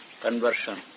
Conversion